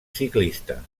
ciclista